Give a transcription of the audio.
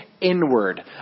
inward